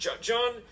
John